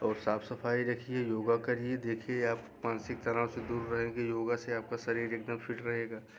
और साफ सफाई रखिए योगा करिए देखिए आप मानसिक तनाव से दूर रहेंगे योगा से आपका शरीर एकदम फिट रहेगा